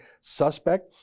suspect